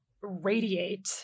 radiate